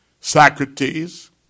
Socrates